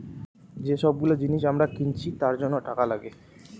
যে সব গুলো জিনিস আমরা কিনছি তার জন্য টাকা লাগে